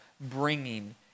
bringing